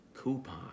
coupon